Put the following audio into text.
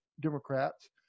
Democrats